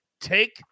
take